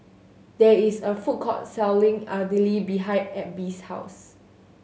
there is a food court selling Idili behind Abby's house